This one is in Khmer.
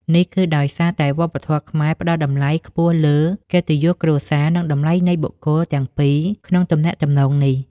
នេះគឺដោយសារតែវប្បធម៌ខ្មែរផ្តល់តម្លៃខ្ពស់លើ កិត្តិយសគ្រួសារ និងតម្លៃនៃបុគ្គលទាំងពីរក្នុងទំនាក់ទំនងនេះ។